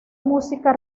música